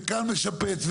כאן משפץ,